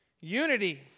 Unity